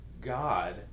God